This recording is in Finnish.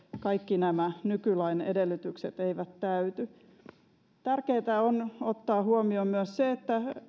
kaikki nämä nykylain edellytykset eivät täyty tärkeää on ottaa huomioon myös se